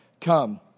come